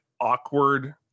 awkward